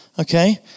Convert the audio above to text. okay